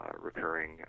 recurring